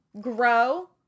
grow